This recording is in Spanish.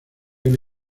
una